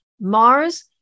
Mars